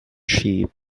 sheep